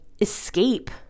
escape